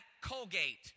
Colgate